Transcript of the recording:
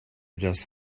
does